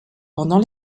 pendant